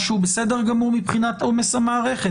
מה שהוא בסדר גמור מבחינת עומס המערכת,